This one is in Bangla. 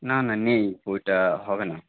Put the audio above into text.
না না নেই বইটা হবে না